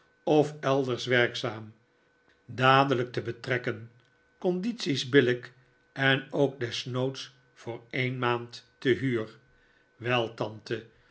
of elders werkzaam dadelijk te betrekken condities billijk en ook desnoods voor een maand te huur wel tante